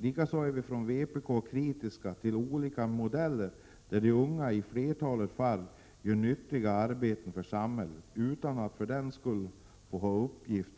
Likaså är vi i vpk kritiska till olika modeller där de unga i flertalet fall utför nyttiga arbeten för samhället utan att för den skull ges möjlighet